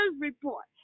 report